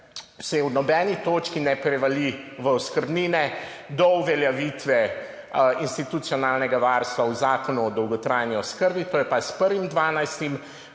v nobeni točki ne prevali v oskrbnine do uveljavitve institucionalnega varstva v Zakonu o dolgotrajni oskrbi, to pa je s 1. 12,